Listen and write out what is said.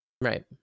right